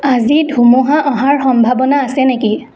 আজি ধুমুহা অহাৰ সম্ভাৱনা আছে নেকি